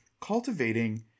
cultivating